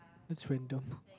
that's random